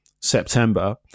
september